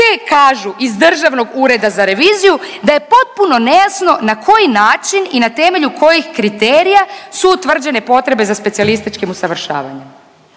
te kažu iz Državnog ureda za reviziju da je potpuno nejasno na koji način i na temelju kojih kriterija su utvrđene potrebe za specijalističkim usavršavanjem.